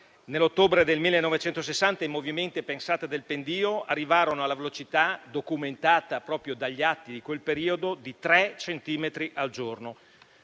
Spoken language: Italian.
Nell'ottobre del 1960 i movimenti del pendio arrivarono alla velocità, documentata proprio dagli atti di quel periodo, di tre centimetri al giorno.